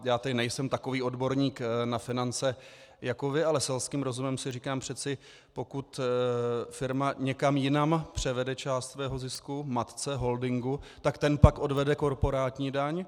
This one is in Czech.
Já tedy nejsem takový odborník na finance jako vy, ale selským rozumem si říkám, přeci pokud firma někam jinam převede část svého zisku matce, holdingu , tak ten pak odvede korporátní daň.